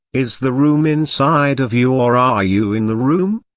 is the room inside of you or are you in the room?